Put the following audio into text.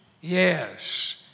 yes